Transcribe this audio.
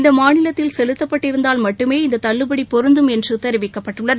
இந்த மாநிலத்தில் செலுத்தப்பட்டிருந்தால் மட்டுமே இந்த தள்ளுபடி பொருந்தும் என்று தெரிவிக்கப்பட்டுள்ளது